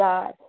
God